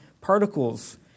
particles